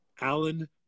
Alan